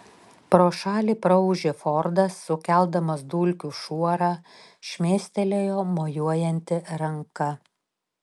pro šalį praūžė fordas sukeldamas dulkių šuorą šmėstelėjo mojuojanti ranka